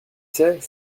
sais